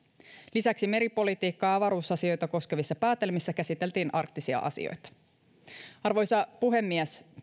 lisäksi meripolitiikkaa ja avaruusasioita koskevissa päätelmissä käsiteltiin arktisia asioita arvoisa puhemies